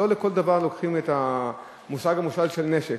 לא לכל דבר לוקחים את המושג המושאל של נשק.